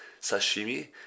sashimi